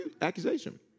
accusation